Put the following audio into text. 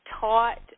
taught